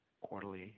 quarterly